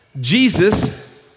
Jesus